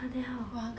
the wayang king